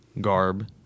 garb